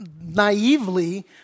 naively